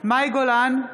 מאי גולן,